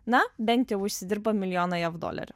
na bent jau užsidirbo milijoną jav dolerių